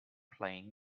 playing